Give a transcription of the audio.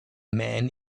man